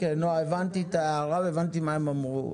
נעה, הבנתי את ההערה והבנתי מה הם אמרו.